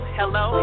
hello